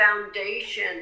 foundation